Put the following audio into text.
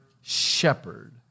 shepherd